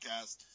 podcast